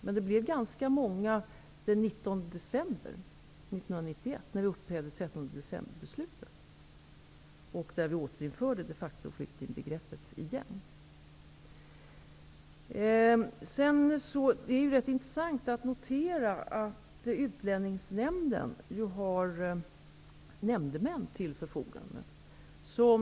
Men det blev ganska många beslut fattade den 19 december 1991 i samband med att 13 Det är intressant att notera att Utlänningsnämnden har nämndemän till förfogande.